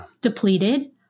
depleted